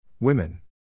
Women